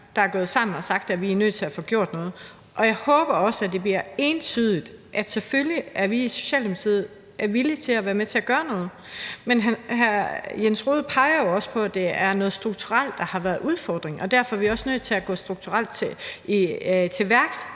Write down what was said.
der er gået sammen og har sagt, at vi er nødt til at få gjort noget. Og jeg håber også, at det bliver entydigt, at vi selvfølgelig i Socialdemokratiet er villige til at være med til at gøre noget. Men hr. Jens Rohde peger jo også på, at det er noget strukturelt, der har været udfordringen, og derfor er vi også nødt til at gå strukturelt til værks.